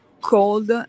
cold